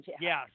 Yes